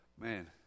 Man